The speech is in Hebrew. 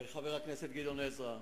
חבר הכנסת גדעון עזרא,